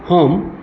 हम